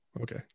okay